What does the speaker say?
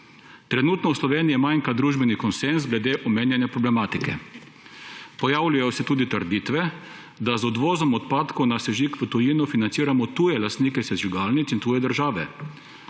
Trenutno v Sloveniji manjka družbeni konsenz glede omenjene problematike. Pojavljajo se tudi trditve, da z odvozom odpadkov na sežig v tujino financiramo tuje lastnike sežigalnic in tuje države,